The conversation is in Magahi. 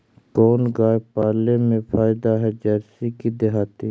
कोन गाय पाले मे फायदा है जरसी कि देहाती?